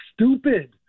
stupid